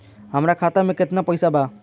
हमार खाता मे केतना पैसा बा?